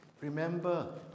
Remember